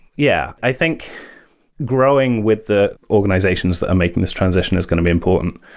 yeah. i think growing with the organizations that are making this transition is going to be important.